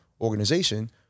organization –